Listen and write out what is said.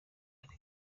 ari